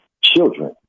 children